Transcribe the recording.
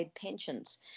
pensions